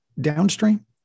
downstream